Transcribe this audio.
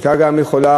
הייתה גם יכולה,